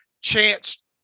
chance